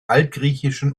altgriechischen